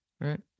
right